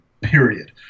period